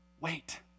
Wait